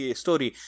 story